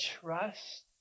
trust